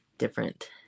different